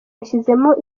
yashyizemo